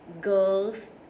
girls